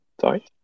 sorry